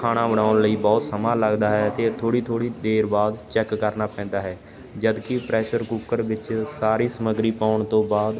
ਖਾਣਾ ਬਣਾਉਣ ਲਈ ਬਹੁਤ ਸਮਾਂ ਲੱਗਦਾ ਹੈ ਅਤੇ ਇਹ ਥੋੜ੍ਹੀ ਥੋੜ੍ਹੀ ਦੇਰ ਬਾਅਦ ਚੈੱਕ ਕਰਨਾ ਪੈਂਦਾ ਹੈ ਜਦਕਿ ਪ੍ਰੈਸ਼ਰ ਕੁੱਕਰ ਵਿੱਚ ਸਾਰੀ ਸਮੱਗਰੀ ਪਾਉਣ ਤੋਂ ਬਾਅਦ